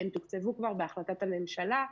תוקצבו כבר בהחלטת הממשלה,